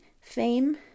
fame